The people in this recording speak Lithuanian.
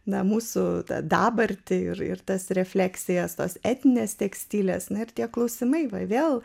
mūsų dabartį ir ir tas refleksijas tas eiti nesteigs tylesni ir tie klausimai va vėl